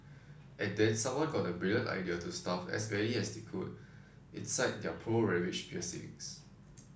and then someone got the brilliant idea to stuff as many as they could inside their poor ravaged piercings